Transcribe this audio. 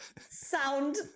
sound